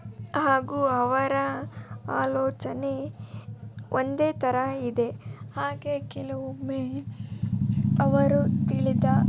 ಹಾಗು ಅವರ ಆಲೋಚನೆ ಒಂದೇ ಥರ ಇದೆ ಹಾಗೆ ಕೆಲವೊಮ್ಮೆ ಅವರು ತಿಳಿದ